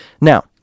Now